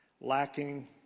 lacking